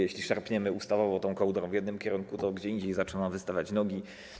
Jeśli szarpniemy ustawowo tą kołdrą w jednym kierunku, to gdzie indziej zaczną nam wystawać nogi.